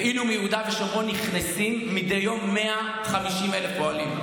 ואילו מיהודה ושומרון נכנסים מדי יום 150,000 פועלים.